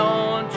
on